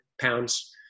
pounds